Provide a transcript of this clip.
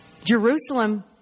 Jerusalem